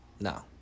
No